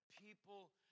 people